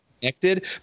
connected